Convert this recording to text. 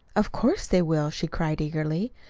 of course they will, she cried eagerly.